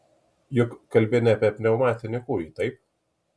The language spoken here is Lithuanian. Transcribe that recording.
juk kalbi ne apie pneumatinį kūjį taip